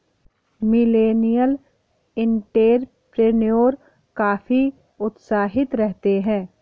millennial entrepreneur काफी उत्साहित रहते हैं